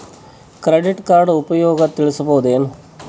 Credit card ಉಪಯೋಗ ತಿಳಸಬಹುದೇನು?